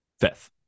Fifth